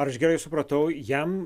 ar aš gerai supratau jam